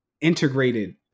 integrated